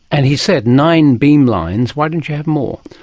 and he said nine beamlines, why didn't you have more?